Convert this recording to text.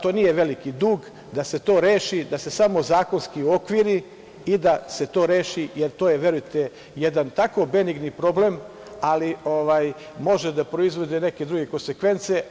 To nije veliki dug da se to reši, da se samo zakonski uokviri i da se to reši, jer to je, verujte, jedan tako benigni problem, ali može da proizvodi neke druge konsekvence.